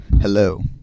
Hello